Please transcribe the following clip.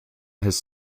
has